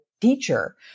teacher